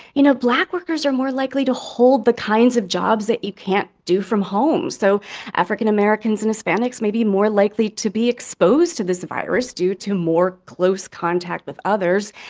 you know, black workers are more likely to hold the kinds of jobs that you can't do from home, so african americans and hispanics may be more likely to be exposed to this virus due to more close contact with others.